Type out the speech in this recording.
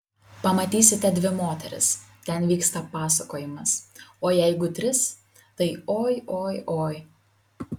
pamatysite dvi moteris ten vyksta pasakojimas o jeigu tris tai oi oi oi